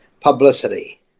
publicity